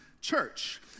church